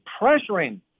pressuring